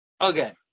Okay